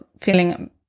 feeling